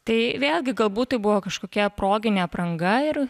tai vėlgi galbūt tai buvo kažkokia proginė apranga ir